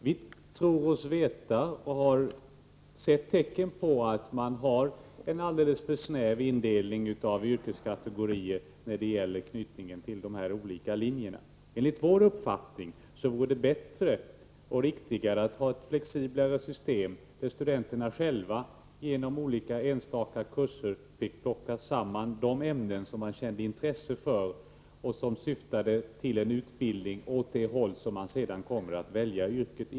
Vi tror oss veta och har sett tecken på att man har en alldeles för snäv indelning i yrkeskategorier när det gäller knytningen till de olika linjerna. Enligt vår uppfattning vore det bättre och riktigare att ha ett flexiblare system, där studenterna själva genom olika enstaka kurser fick plocka samman de ämnen de känner intresse för och som syftar till en utbildning på de områden där de senare kommer att välja yrke.